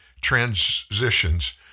transitions